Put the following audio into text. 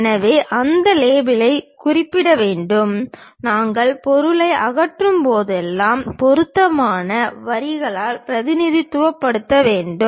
எனவே அந்த லேபிளைக் குறிப்பிட வேண்டும் நீங்கள் பொருளை அகற்றும்போதெல்லாம் பொருத்தமான வரிகளால் பிரதிநிதித்துவப்படுத்த வேண்டும்